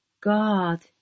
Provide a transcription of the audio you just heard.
God